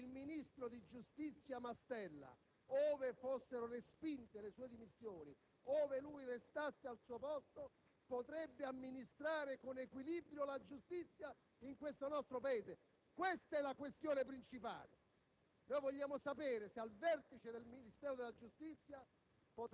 Mi chiedo, presidente Marini, con quale equilibrio il ministro di giustizia Mastella, ove fossero respinte le sue dimissioni, ove lui restasse al suo posto, potrebbe amministrare con equilibrio la giustizia in questo nostro Paese: questa è la questione principale!